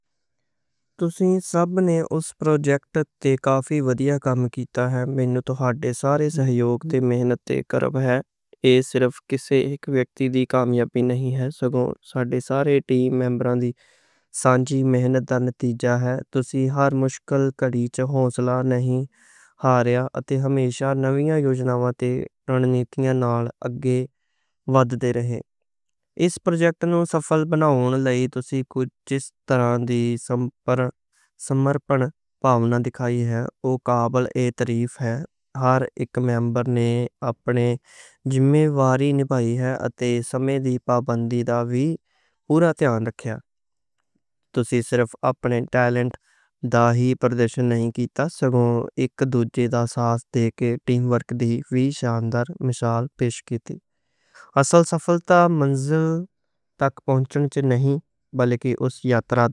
تسیں سبھ نوں اوس پروجیکٹ تے کافی ودھیا کم کیتا۔ تُہاڈے سارے سہیوگ تے محنتاں کرکے ایہ صرف کسے اک ویکتی دی کامیابی نہیں ہے، ساڈے سارے ٹیم میمبراں دی سانجھی محنت دا نتیجہ ہے۔ تسیں ہر مشکل کڑی وچ نہ ہارے اتے ہمیشہ نویاں یوجناں تے رَنّیتیاں نال اگے ودھ دے رہے۔ اوس پروجیکٹ نوں سفل بناؤݨ لئی تسیں جس طرح دی سمجھ پاؤنا دِکھائی ہے، او قابلِ اعتراف ہے۔ ہر اک میمبر نے اپنی ذمہ داری نِبھائی ہے اتے سمے دی پابندی دا وی پورا دھیان رکھیا۔ تسیں صرف اپنے ٹیلنٹ دا ہی پردرشن نہیں کیتا، ساڈے اک دوجے دا ساتھ دے کے ٹیم ورک دی وی شاندار مثال پیش کیتی۔ اصل سفلتا منزل تک پہنچنی نہیں، بلکہ اوہی یاترا۔